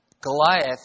Goliath